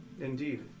indeed